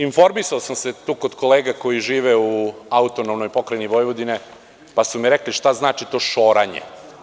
Informisao sam se tu kod kolega koji žive u AP Vojvodini, pa su mi rekli šta znači to šoranje.